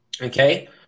Okay